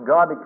God